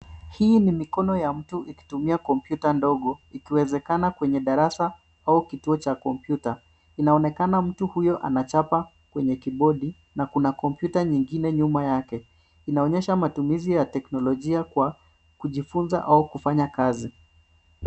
Hii ni mikono ya mtu ikitumia kompyuta ndogo, ikiwezekana kwenye darasa au kituo cha kompyuta. Inaonekana mtu huyu anachapa kwenye kibodi, na kuna kompyuta nyingine nyuma yake. Inaonyesha matumizi ya teknolojia kwa kujifunza au kufanya kazi.